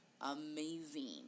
Amazing